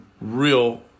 real